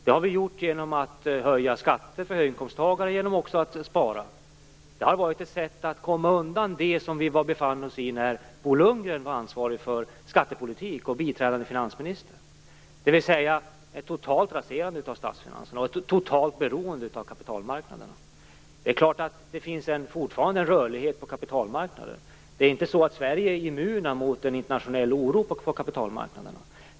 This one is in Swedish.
Det har vi gjort genom att höja skatterna för höginkomsttagare och genom att spara. Det har varit ett sätt att komma undan den situation som vi befann oss i när Bo Lundgren var biträdande finansminister och ansvarig för skattepolitiken, dvs. totalt raserade statsfinanser och ett totalt beroende av kapitalmarknaderna. Det är klart att det fortfarande finns en rörlighet på kapitalmarknaden. Sverige är inte immunt mot internationell oro på kapitalmarknaderna.